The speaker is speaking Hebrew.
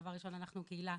דבר ראשון אנחנו קהילה